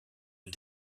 and